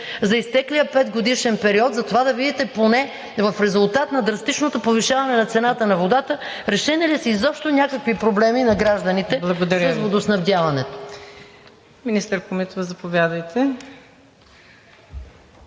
за изтеклия петгодишен период за това да видите поне в резултат на драстичното повишаване на цената на водата, решени ли са изобщо някакви проблеми на гражданите с водоснабдяването?